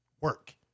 work